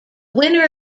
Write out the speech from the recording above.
winner